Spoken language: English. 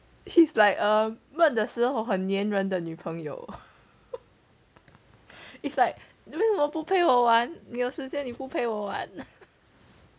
he's like err 闷的时候很粘人的女朋友 it's like 你为什么不陪我玩你有时间你不陪我玩